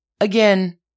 Again